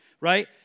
Right